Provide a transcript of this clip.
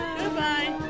Goodbye